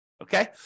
Okay